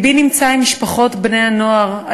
לבי נמצא עם משפחות בני הנוער,